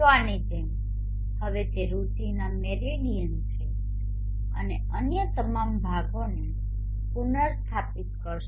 તો આની જેમ હવે તે રુચિના મેરિડિયન છે અને અન્ય તમામ ભાગોને પુનર્સ્થાપિત કરશે